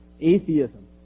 atheism